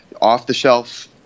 off-the-shelf